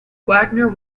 wagner